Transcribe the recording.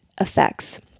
effects